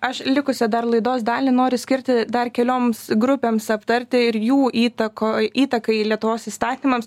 aš likusią dar laidos dalį noriu skirti dar kelioms grupėms aptarti ir jų įtakoj įtakai lietuvos įstatymams